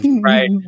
right